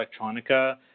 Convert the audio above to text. Electronica